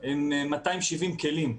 הם 270 כלים.